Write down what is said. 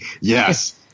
Yes